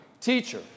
Teacher